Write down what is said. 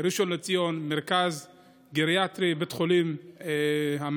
בראשון לציון יש מרכז גריאטרי, בית חולים המלבן,